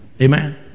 Amen